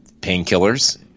painkillers